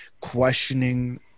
questioning